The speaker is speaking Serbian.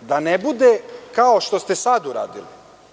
da ne bude kao što ste sada uradili,